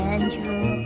Andrew